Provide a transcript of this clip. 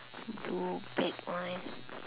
blue black one